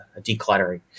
decluttering